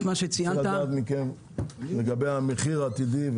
אני רוצה לדעת לגבי המחיר העתידי,